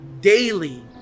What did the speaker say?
daily